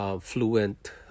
fluent